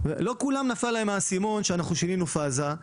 לא לכולם נפל האסימון שאנחנו שינינו פאזה.